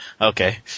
Okay